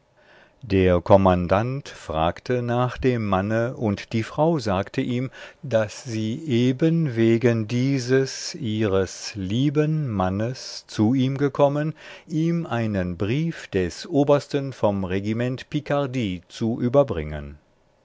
der kommandant fragte nach dem manne und die frau sagte ihm daß sie eben wegen dieses ihres lieben mannes zu ihm gekommen ihm einen brief des obersten vom regiment pikardie zu überbringen